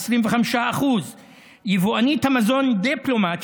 25%. יבואנית המזון דיפלומט,